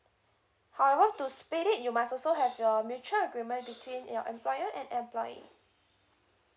however to split it you must also have your mutual agreement between your employer and employee